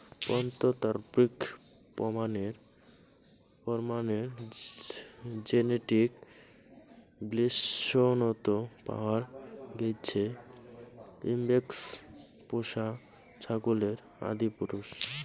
প্রত্নতাত্ত্বিক প্রমাণের জেনেটিক বিশ্লেষনত পাওয়া গেইছে ইবেক্স পোষা ছাগলের আদিপুরুষ